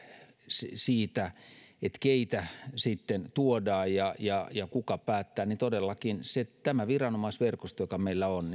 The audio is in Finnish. siitä keitä sitten tuodaan ja ja kuka päättää todellakin tämä viranomaisverkosto joka meillä on